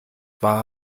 war